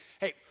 hey